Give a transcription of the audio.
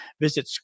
Visit